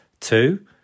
two